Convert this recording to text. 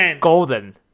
golden